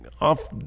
Off